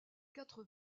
quatre